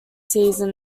season